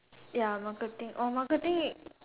ya marketing oh marketing